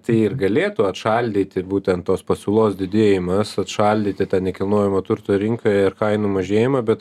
tai ir galėtų atšaldyti būtent tos pasiūlos didėjimas atšaldyti tą nekilnojamo turto rinką ir kainų mažėjimą bet